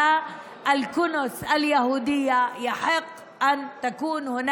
לבתי כנסת של יהודים, מגיעות להם